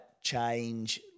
change